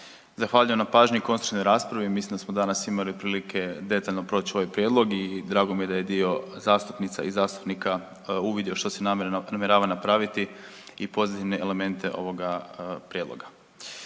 Zahvaljujem na pažnji i konstruktivnoj raspravi, mislim da smo danas imali prilike detaljno proći ovaj prijedlog i drago mi je da je dio zastupnica i zastupnika uvidio što se namjerava napraviti i pozitivne elemente ovoga prijedloga.